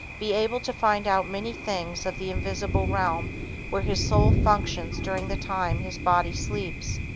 be able to find out many things of the invisible realm where his soul functions during the time his body sleeps.